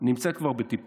כבר נמצאת בטיפול,